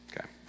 okay